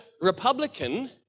Republican